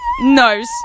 nose